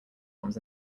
arms